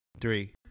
Three